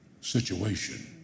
situation